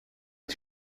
est